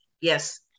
Yes